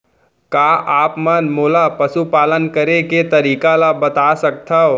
का आप मन मोला पशुपालन करे के तरीका ल बता सकथव?